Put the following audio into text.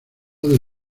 del